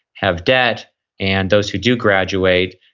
have debt and those who do graduate,